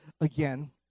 again